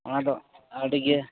ᱟᱫᱚ ᱟᱹᱰᱤᱜᱮ